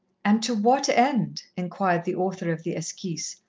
and to what end, inquired the author of the esquisse,